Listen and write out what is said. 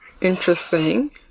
Interesting